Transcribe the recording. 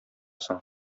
соң